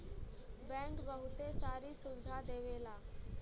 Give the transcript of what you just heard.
bank बहुते सारी सुविधा देवला